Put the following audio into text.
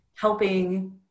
helping